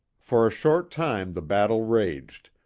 for a short time the battle raged,